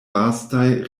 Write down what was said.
vastaj